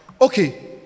Okay